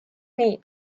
nii